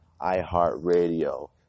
iHeartRadio